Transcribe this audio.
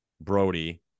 Brody